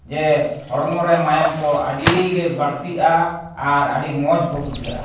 ᱡᱮ ᱦᱚᱲᱢᱚᱨᱮ ᱢᱟᱭᱟᱢ ᱠᱚ ᱟᱹᱰᱤᱜᱮ ᱵᱟᱹᱲᱛᱤᱜᱼᱟ ᱟᱨ ᱟᱹᱰᱤ ᱢᱚᱡᱽ ᱠᱚ ᱵᱩᱡᱷᱟᱹᱜᱼᱟ